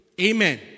Amen